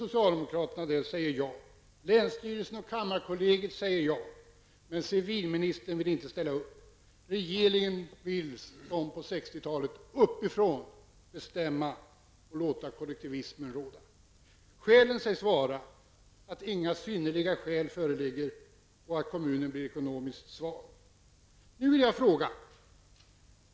socialdemokraterna där, säger ja. Länsstyrelsen och kammarkollegiet säger ja. Men civilministern vill inte ställa upp. Regeringen vill, som på 60-talet, uppifrån bestämma och låta kollektivismen råda. Skälen sägs vara att inga synnerliga skäl föreligger och att kommunen blir ekonomiskt svag.